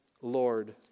Lord